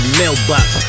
mailbox